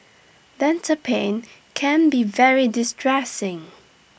dental pain can be very distressing